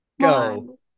Go